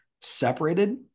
separated